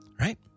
right